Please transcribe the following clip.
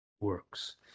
works